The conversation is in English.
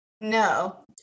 No